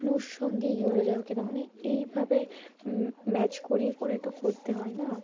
ব্লুর সঙ্গে ইয়েলো যাবে ক না মানে এইভাবে ম্যাচ করিয়ে করে তো করতে হয় না